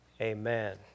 Amen